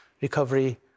recovery